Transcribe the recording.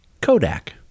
Kodak